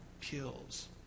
kills